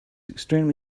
extremely